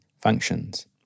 functions